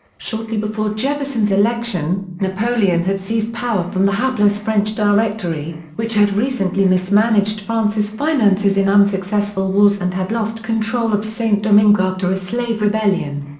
shortly before jefferson's election, napoleon had seized power from the hapless french directory, which had recently mismanaged france's finances in unsuccessful wars and had lost control of saint-domingue after a slave rebellion.